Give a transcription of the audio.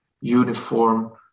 uniform